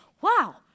Wow